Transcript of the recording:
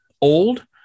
old